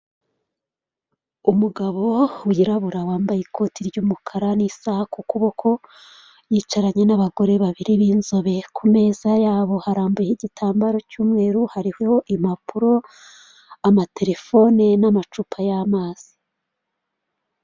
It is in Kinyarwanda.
Umugabo wirabura wambaye ikoti ry'umukara n'isaha ku kuboko, yicaranye n'abagore babiri b'inzobe, ku meza yabo harambuyeho igitambaro cy'umweru, hariho impapuro, amatelefone n'amacupa y'amazi.